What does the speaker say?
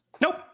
Nope